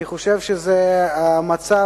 אני חושב שזה מצב